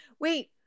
Wait